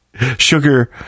Sugar